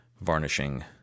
varnishing